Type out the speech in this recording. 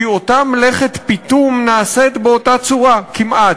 כי אותה מלאכת פיטום נעשית באותה צורה כמעט.